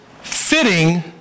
fitting